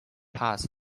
past